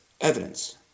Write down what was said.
evidence